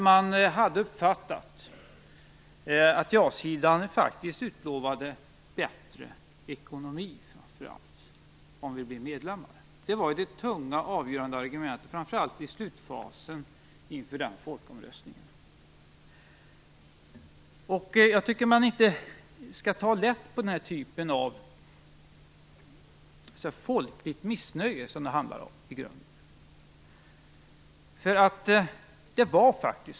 Man hade uppfattat att ja-sidan utlovade bättre ekonomi om vi blev medlemmar - det var det avgörande argumentet, framför allt i slutfasen inför folkomröstningen. Jag tycker inte att man skall ta lätt på den typen av folkligt missnöje, som det i grunden handlar om.